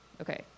Okay